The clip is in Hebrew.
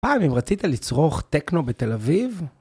פעם, אם רצית לצרוך טכנו בתל אביב?